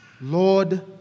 Lord